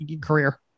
career